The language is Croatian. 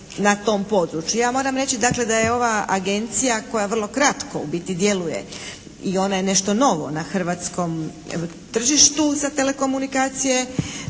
Ja moram reći dakle da je ova agencija koja vrlo kratko u biti djeluje i ona je nešto novo na hrvatskom tržištu za telekomunikacije.